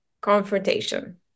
confrontation